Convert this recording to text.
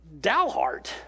Dalhart